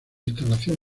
instalación